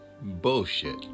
Bullshit